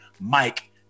Mike